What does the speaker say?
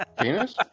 Penis